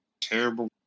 Terrible